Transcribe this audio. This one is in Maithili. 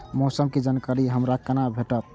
मौसम के जानकारी हमरा केना भेटैत?